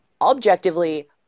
Objectively